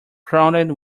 crowded